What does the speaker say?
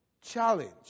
challenge